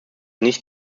nicht